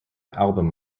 album